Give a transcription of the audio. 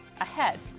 ahead